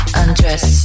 undress